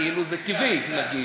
כאילו זה טבעי, נגיד.